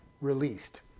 released